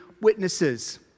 witnesses